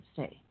Stay